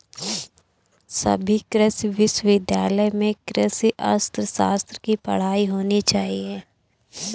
सभी कृषि विश्वविद्यालय में कृषि अर्थशास्त्र की पढ़ाई होनी चाहिए